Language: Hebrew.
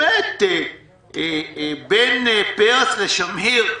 בין פרס לשמיר,